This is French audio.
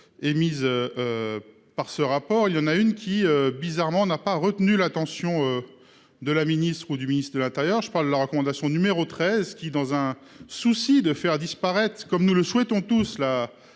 Émises. Par ce rapport, il y en a une qui bizarrement n'a pas retenu l'attention. De la ministre ou du ministre de l'Intérieur, je parle de la recommandation numéro 13 qui, dans un souci de faire disparaître comme nous le souhaitons tous